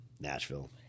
Nashville